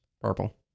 Purple